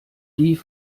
die